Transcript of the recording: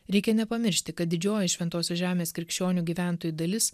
reikia nepamiršti kad didžioji šventosios žemės krikščionių gyventojų dalis